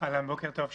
בוקר טוב.